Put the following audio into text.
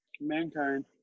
mankind